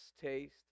taste